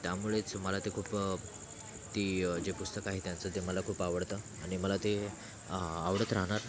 त्यामुळेच मला ते खूप ती जे पुस्तक आहे त्यांचं ते मला खूप आवडतं आणि मला ते आवडत राहणार